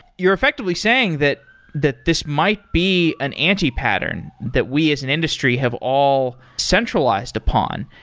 you're effectively saying that that this might be an anti-pattern that we as an industry have all centralized upon.